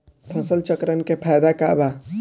फसल चक्रण के फायदा का बा?